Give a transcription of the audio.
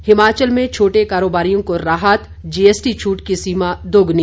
हिमाचल में छोटे कारोबारियों को राहत जीएसटी छूट की सीमा दोगुनी